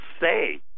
say